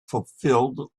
fulfilled